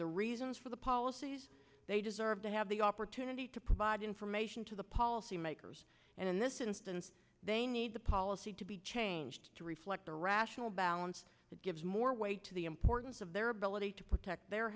the reasons for the policy they deserve to have the opportunity to provide information to the policy makers and in this instance they need the policy to be changed to reflect a rational balance that gives more weight to the importance of their ability to protect their